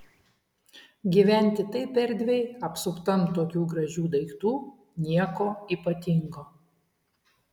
gyventi taip erdviai apsuptam tokių gražių daiktų nieko ypatingo